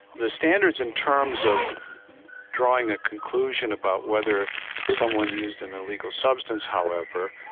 the standards in terms of drawing a conclusion about whether someone used an illegal substance however,